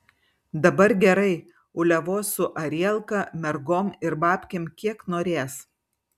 dabar gerai uliavos su arielka mergom ir babkėm kiek norės